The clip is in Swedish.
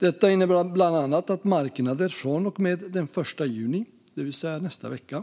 Detta innebär bland annat att marknader från och med den 1 juni 2021, det vill säga nästa vecka,